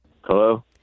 hello